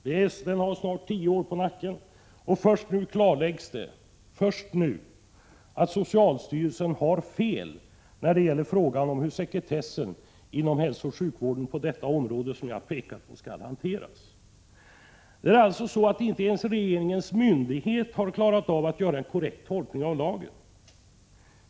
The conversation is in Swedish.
Den har snart tio år på nacken, och först nu klarläggs det att socialstyrelsen har fel när det gäller frågan om hur sekretessen inom hälsooch sjukvården på det område som jag pekat på skall hanteras. Det är alltså så att inte ens regeringens egen myndighet har klarat av att göra en korrekt tolkning av lagen.